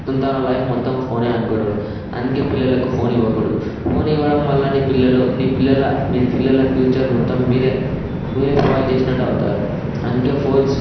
మొత్తం తన లైఫ్ అంతా ఫోనే అనుకుంటారు అందుకే పిల్లలకు ఫోన్ ఇవ్వకూడదు ఫోన్ ఇవ్వడం వల్ల నీ పిల్లల నీ పిల్లల మీ పిల్లల ఫ్యూచర్ మొత్తం మీరే మీరే స్పాయిల్ చేసినట్టు అవుతారు అందుకే ఫోన్స్